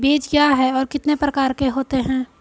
बीज क्या है और कितने प्रकार के होते हैं?